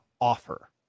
offer